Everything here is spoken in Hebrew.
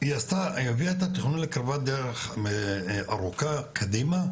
היא הביאה את התכנון לכברת דרך ארוכה קדימה,